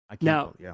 Now